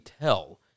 tell